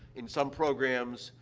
in some programs,